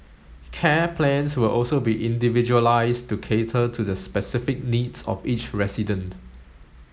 care plans will also be individualised to cater to the specific needs of each resident